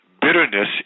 bitterness